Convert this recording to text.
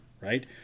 Right